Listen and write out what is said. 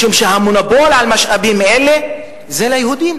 משום שהמונופול על משאבים אלה זה ליהודים,